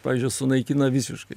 pavyzdžiui sunaikina visiškai